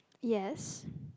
yes